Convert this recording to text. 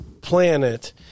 planet